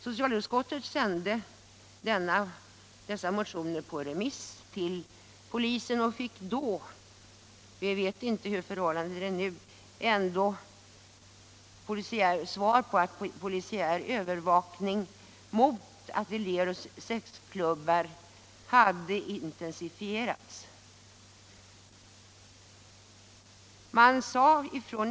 Socialutskottet sände dessa motioner på remiss till polisen och fick då svaret att den polisiära övervakningen av vissa sexklubbar hade intensifierats.